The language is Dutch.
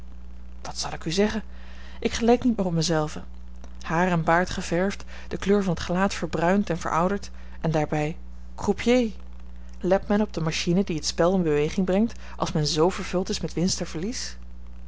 wat zal ik u zeggen ik geleek niet meer op mij zelven haar en baard geverfd de kleur van t gelaat verbruind en verouderd en daarbij croupier let men op de machine die het spel in beweging brengt als men z vervuld is met winst en verlies